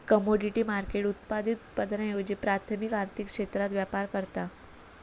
commodity market उत्पादित उत्पादनांऐवजी प्राथमिक आर्थिक क्षेत्रात व्यापार करता